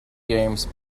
games